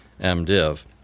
MDiv